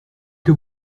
que